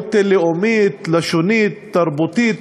מיעוט לאומית, לשונית, תרבותית,